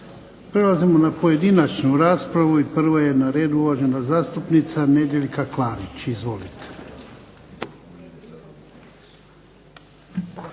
Prelazimo na pojedinačnu raspravu i prvo je na redu uvažena zastupnica Nedjeljka Klarić. Izvolite.